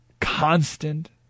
Constant